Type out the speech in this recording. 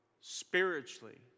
spiritually